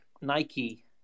Nike